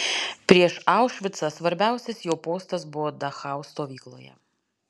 prieš aušvicą svarbiausias jo postas buvo dachau stovykloje